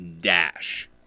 dash